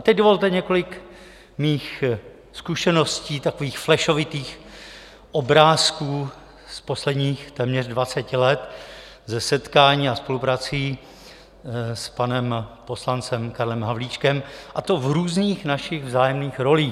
Teď dovolte několik mých zkušeností, takových flešovitých obrázků z posledních téměř dvaceti let ze setkání a spoluprací s panem poslancem Karlem Havlíčkem, a to v různých našich vzájemných rolích.